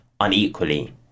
unequally